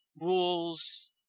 rules